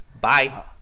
Bye